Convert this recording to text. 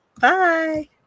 bye